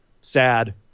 Sad